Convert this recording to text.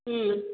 ಹ್ಞೂ